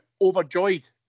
overjoyed